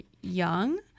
young